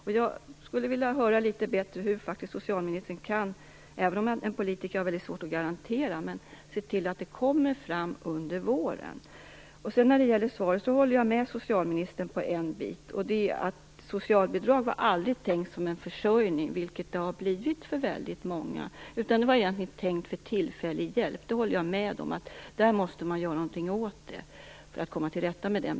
Även om det är väldigt svårt för en politiker att garantera skulle jag vilja höra hur socialministern verkligen kan se till att det här kommer fram under våren. När det gäller svaret håller jag med socialministern på en punkt: Socialbidrag var aldrig tänkt som en försörjning, vilket det har blivit för väldigt många. Det var egentligen tänkt som en tillfällig hjälp. Jag håller med om att man måste göra någonting för att komma till rätta med det.